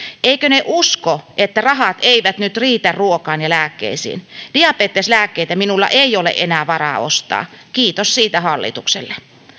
eikö ne usko että rahat eivät nyt riitä ruokaan ja lääkkeisiin diabeteslääkkeitä minulla ei ole enää varaa ostaa kiitos siitä hallitukselle